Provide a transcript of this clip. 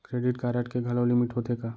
Credit card के घलव limit होथे का?